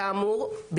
שכאמור,